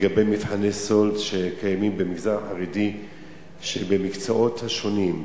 לגבי מבחני סאלד שקיימים במגזר החרדי במקצועות השונים,